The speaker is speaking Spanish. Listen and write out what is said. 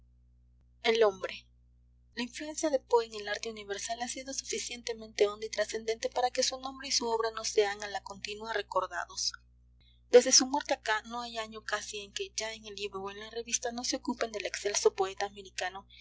el hombre la influencia de poe en el arte universal ha sido suficientemente honda y transcendente para que su nombre y su obra no sean a la continua recordados desde su muerte acá no hay año casi en que ya en el libro o en la revista no se ocupen del excelso poeta americano